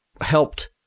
helped